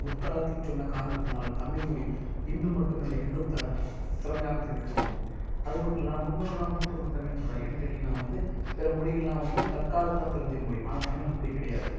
முற்காலத்தில் சொன்ன காரணத்தினால் தமிழ் மொழி இன்று மட்டும் இல்லை என்றும் திறமையாக செழித்தோங்கும் அது மட்டும் இல்லாமல் முன்னோர்லாம் மூத்த மொழி தமிழ் சொல்றாங்ன்னு ஏன் கேட்டிங்கனா வந்து பிற மொழிகள்லாம் வந்து தற்காலத்தில் தான் தோன்றிய மொழி ஆனால் தமிழ் அப்பிடி கிடையாது